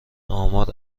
آمار